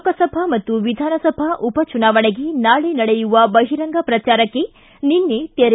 ಲೋಕಸಭಾ ಮತ್ತು ವಿಧಾನಸಭಾ ಉಪಚುನಾವಣೆಗೆ ನಾಳೆ ನಡೆಯುವ ಬಹಿರಂಗ ಪ್ರಚಾರಕ್ಕೆ ನಿನ್ನೆ ತೆರೆ